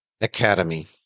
Academy